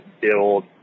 build